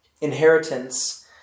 inheritance